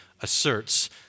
asserts